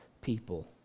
people